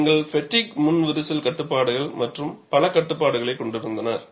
நீங்கள் ஃப்பெட்டிக் முன் விரிசல் கட்டுப்பாடுகள் மற்றும் பல கட்டுப்பாடுகளை கொண்டிருந்தீர்கள்